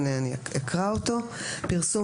הפרסום